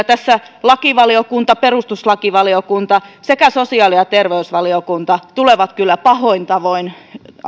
tässä lakivaliokunta perustuslakivaliokunta sekä sosiaali ja terveysvaliokunta tulevat pahoin tavoin